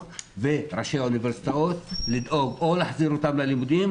וראשי האוניברסיטאות ולדאוג או להחזיר אותם ללימודים,